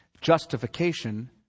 Justification